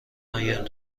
آیم